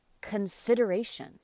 consideration